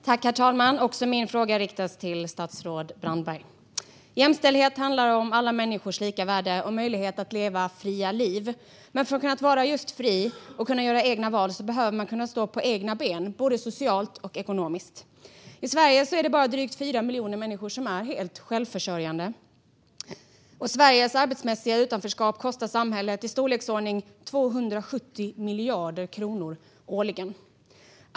Herr talman! Också min fråga riktas till statsrådet Brandberg. Jämställdhet handlar om alla människors lika värde och möjlighet att leva fria liv. Men för att kunna vara just fri och kunna göra egna val behöver man kunna stå på egna både socialt och ekonomiskt. I Sverige är det bara drygt 4 miljoner människor som är helt självförsörjande. Sveriges arbetsmässiga utanförskap kostar samhället i storleksordningen 270 miljarder kronor årligen.